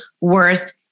worst